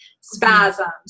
spasms